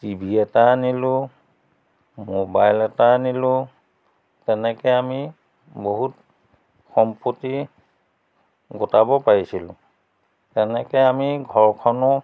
TV এটা আনিলোঁ mobile এটা আনিলোঁ তেনেকৈ আমি বহুত সম্পত্তি গোটাব পাৰিছিলোঁ তেনেকৈ আমি ঘৰখনো